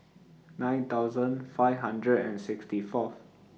nine thousand five hundred and sixty Fourth